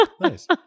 Nice